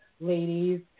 ladies